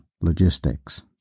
logistics